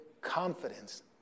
confidence